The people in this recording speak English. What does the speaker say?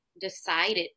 decided